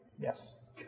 Yes